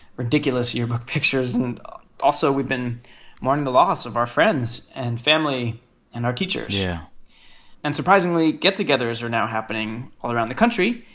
ridiculous yearbook pictures. and also, we've been mourning the loss of our friends and family and our teachers yeah and surprisingly, get-togethers are now happening all around the country,